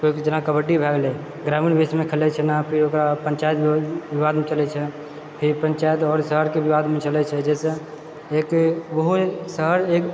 जेना कबड्डी भयऽ गेले ग्रामीणमे खेलैछै फेर ओकरा पञ्चायत विभाग मे खेलैछै फिर पञ्चायत और शहरके विभागमे चलैछै जहिसँ एक ओहो शहर एक